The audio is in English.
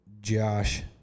josh